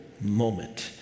moment